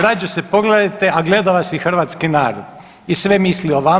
Rađe se pogledajte, a gleda vas i hrvatski narod i sve misli o vama.